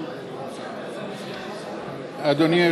אדוני.